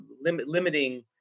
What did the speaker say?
limiting